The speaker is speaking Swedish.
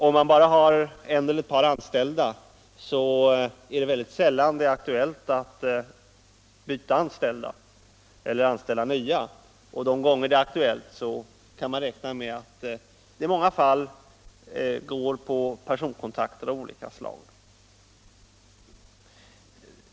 Om man bara har en eller ett par anställda blir det mycket sällan aktuellt att byta, anställda eller anställa ny personal, och då det är aktuellt kan man räkna med att saken i många fall ordnas genom personkontakter av olika slag.